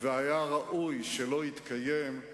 אז היה אגב חוק ההסדרים, רגע,